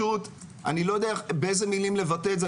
אני לא יודע באיזה מילים לבטא את זה,